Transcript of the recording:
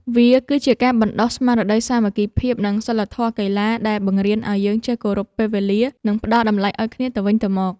វាគឺជាការបណ្ដុះស្មារតីសាមគ្គីភាព និងសីលធម៌កីឡា ដែលបង្រៀនឱ្យយើងចេះគោរពពេលវេលា និងផ្ដល់តម្លៃឱ្យគ្នាទៅវិញទៅមក។